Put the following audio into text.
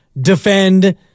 defend